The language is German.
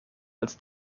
als